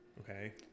okay